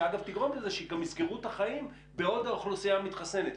שאגב תגרום לזה שגם יסגרו את החיים בעוד האוכלוסייה מתחסנת.